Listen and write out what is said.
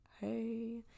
hey